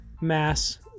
Mass